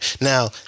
Now